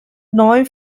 neun